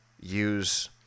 use